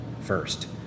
first